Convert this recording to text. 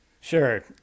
sure